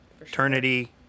eternity